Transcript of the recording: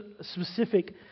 specific